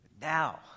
now